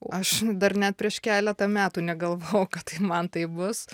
aš dar net prieš keletą metų negalvojau kad tai man taip bus